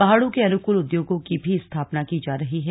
पहाड़ों के अनुकूल उद्योगों की भी स्थापना की जा रही है